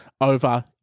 over